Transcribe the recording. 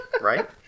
Right